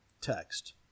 text